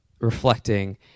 reflecting